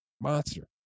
Monster